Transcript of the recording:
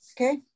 Okay